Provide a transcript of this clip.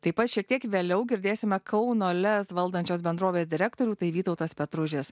taip pat šiek tiek vėliau girdėsime kauno lez valdančios bendrovės direktorių tai vytautas petružis